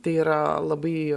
tai yra labai